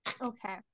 Okay